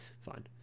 fine